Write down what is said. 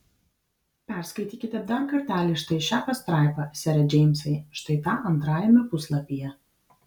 perskaitykite dar kartelį štai šią pastraipą sere džeimsai štai tą antrajame puslapyje